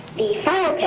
the firepit.